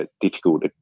difficult